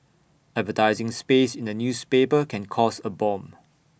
advertising space in A newspaper can cost A bomb